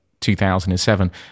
2007